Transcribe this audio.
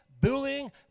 bullying